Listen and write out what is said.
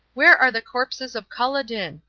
where are the corpses of culloden?